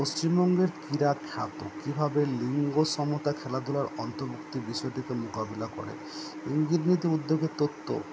পশ্চিমবঙ্গের ক্রীড়াখাতো কীভাবে লিঙ্গসমতা খেলাধুলার অন্তর্ভুক্ত বিষয়টিকে মোকাবিলা করে উদ্যোগে তত্ত্ব